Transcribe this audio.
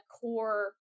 core